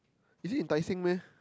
is it in Tai Seng meh